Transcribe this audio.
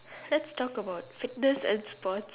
let's talk about fitness and sports